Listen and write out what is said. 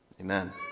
Amen